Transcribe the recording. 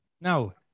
Now